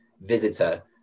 visitor